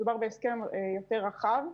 מדובר בהסכם יותר רחב.